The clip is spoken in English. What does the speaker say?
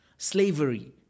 Slavery